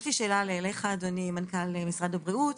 יש לי שאלה אליך אדוני מנכ"ל משרד הבריאות,